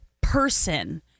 person